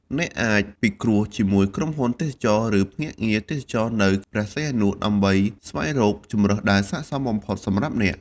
អ្នកអាចពិគ្រោះជាមួយក្រុមហ៊ុនទេសចរណ៍ ឬភ្នាក់ងារទេសចរណ៍នៅព្រះសីហនុដើម្បីស្វែងរកជម្រើសដែលស័ក្តិសមបំផុតសម្រាប់អ្នក។